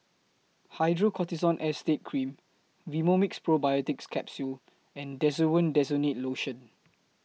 Hydrocortisone Acetate Cream Vivomixx Probiotics Capsule and Desowen Desonide Lotion